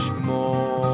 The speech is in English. more